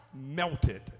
melted